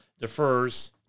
defers